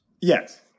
Yes